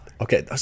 Okay